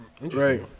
Right